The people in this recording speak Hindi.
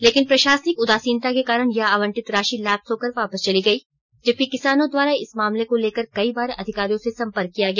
लेकिन प्रशासनिक उदासीनता के कारण यह आवंटित राशि लैप्स होकर वापस चली गई जबकि किसानों द्वारा इस मामले को लेकर कई बार अधिकारियों से संपर्क किया गया